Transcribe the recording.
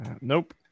Nope